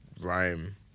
rhyme